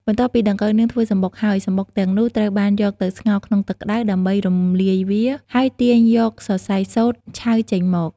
បន្ទាប់ពីដង្កូវនាងធ្វើសម្បុកហើយ សម្បុកទាំងនោះត្រូវបានយកទៅស្ងោរក្នុងទឹកក្តៅ ដើម្បីរំលាយវា ហើយទាញយកសរសៃសូត្រឆៅចេញមក។